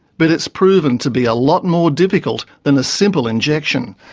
but it's proven to be a lot more difficult than a simple injection.